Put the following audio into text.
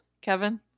Kevin